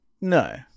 no